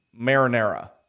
marinara